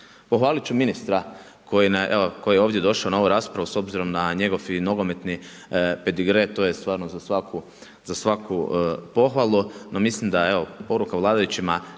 Pohvaliti ću ministra koji je ovdje došao na ovu raspravu s obzirom na njegov i nogometni pedigre, to je stvarno za svaku pohvalu. No mislim da evo poruka vladajućima